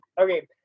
Okay